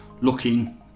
looking